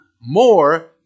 more